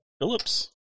phillips